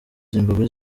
zimbabwe